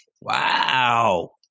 wow